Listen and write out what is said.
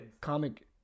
comic